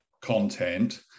content